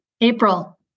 April